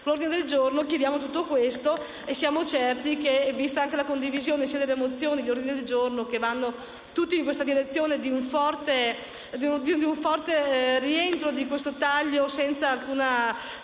Con l'ordine del giorno G2 chiediamo tutto questo e siamo certi, vista anche la condivisione sia delle mozioni che degli ordini del giorno (che vanno tutti in questa direzione di un forte rientro di questo taglio senza alcun